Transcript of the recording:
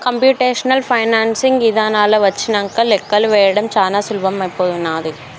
computational financing ఇదానాలు వచ్చినంక లెక్కలు వేయడం చానా సులభమైపోనాది